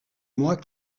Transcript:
moi